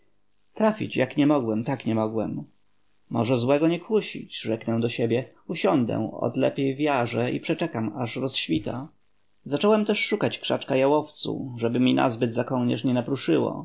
trafić jak nie mogłem tak nie mogłem może złego nie kusić rzeknę do siebie usiądę ot lepiej w jarze i przeczekam aż rozświta zacząłem też szukać krzaczka jałowcu żeby mi nazbyt za kołnierz nie napruszyło